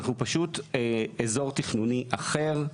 אנחנו פשוט אזור תכנוני אחר,